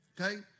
Okay